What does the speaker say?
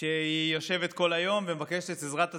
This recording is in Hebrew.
היא יושבת כל היום ומבקשת את עזרת הציבור.